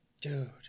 Dude